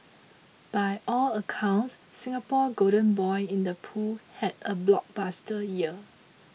by all accounts Singapore's golden boy in the pool had a blockbuster year